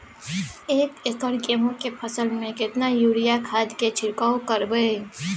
एक एकर गेहूँ के फसल में केतना यूरिया खाद के छिरकाव करबैई?